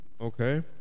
okay